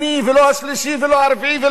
לא ברביעי ולא במיליון.